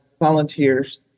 volunteers